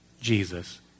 Jesus